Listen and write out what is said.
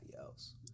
else